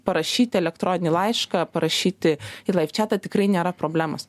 parašyt elektroninį laišką parašyti į laiv čiatą tikrai nėra problemos